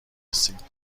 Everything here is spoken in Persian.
رسید